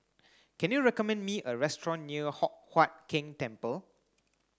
can you recommend me a restaurant near Hock Huat Keng Temple